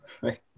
right